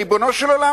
ריבונו של עולם,